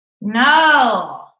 no